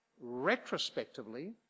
retrospectively